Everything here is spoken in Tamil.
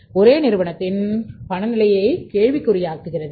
ஒரு நிறுவனத்தின் பண நிலைமையை கேள்விக்குறியாக்குகிறது